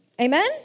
Amen